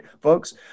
folks